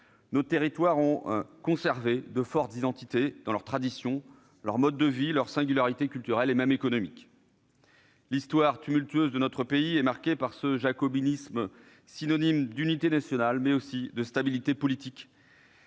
nos territoires ont conservé de fortes identités dans leurs traditions, leurs modes de vie, leurs singularités culturelles et économiques. L'histoire tumultueuse de notre pays est marquée par ce jacobinisme, synonyme d'unité nationale et de stabilité politique,